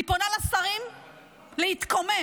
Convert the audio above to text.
אני פונה לשרים להתקומם,